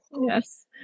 Yes